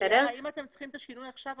אם אתם צריכים את השינוי עכשיו,